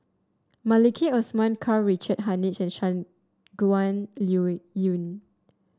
Maliki Osman Karl Richard Hanitsch Shangguan Liuyun